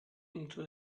into